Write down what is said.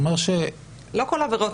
יכול להיות